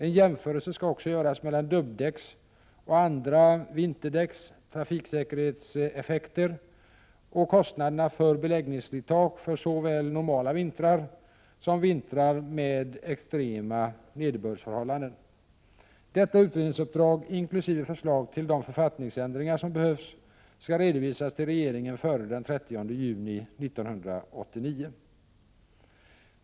En jämförelse skall också göras mellan dubbdäcks och andra vinterdäcks trafiksäkerhetseffekter samt kostnader för beläggningsslitage för såväl normala vintrar som vintrar med extrema nederbördsförhållanden. Detta utredningsuppdrag inkl. förslag till de författningsändringar som behövs skall redovisas till regeringen före den 30 juni 1989.